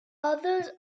others